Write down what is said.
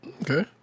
Okay